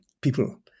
people